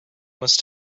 must